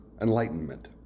enlightenment